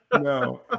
No